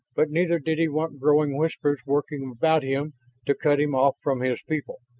but neither did he want growing whispers working about him to cut him off from his people.